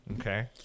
Okay